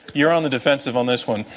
you're on the defensive on this one.